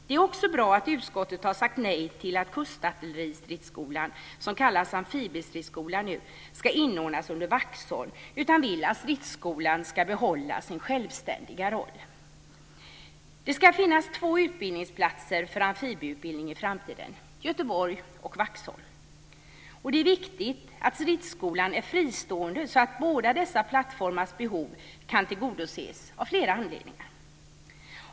Det är också bra att utskottet har sagt nej till att Kustartilleristridsskolan, som nu kallas Amfibiestridsskolan, ska inordnas under Vaxholm och att man i stället vill att stridsskolan ska behålla sin självständiga roll. Det ska finnas två utbildningsplatser för amfibieutbildning i framtiden - Göteborg och Vaxholm. Av flera anledningar är det viktigt att stridsskolan är fristående så att båda dessa plattformars behov kan tillgodoses.